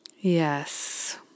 Yes